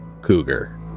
Cougar